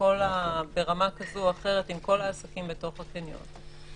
הכוונה לזכות הקניין.